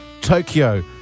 Tokyo